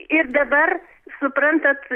ir dabar suprantat